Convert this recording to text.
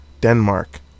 Denmark